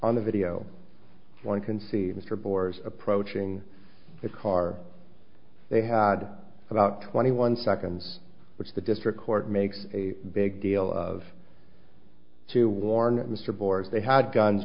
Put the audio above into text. on the video one can see mr boars approaching the car they had about twenty one seconds which the district court makes a big deal of to warn mr boars they had guns